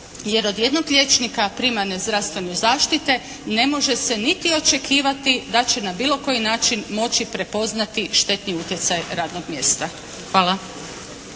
jer od jednog liječnika primarne zdravstvene zaštite ne može se niti očekivati da će na bilo koji način moći prepoznati štetni utjecaj radnog mjesta. Hvala.